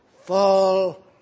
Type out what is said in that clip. fall